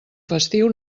festiu